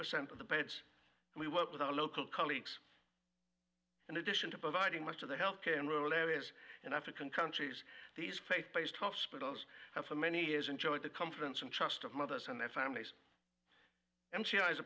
percent of the beds and we work with our local colleagues in addition to providing much of the health care in rural areas and african countries these faith based hospitals have for many years enjoyed the confidence and trust of mothers and their families